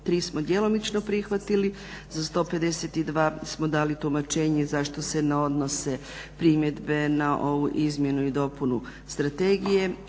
3 smo djelomično prihvatili za 152 smo dali tumačenje zašto se odnose primjedbe na ovu izmjenu i dopunu strategije,